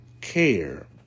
care